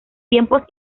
tiempos